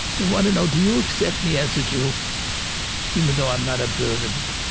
they want to know do you accept me as a jew even though i'm not observant?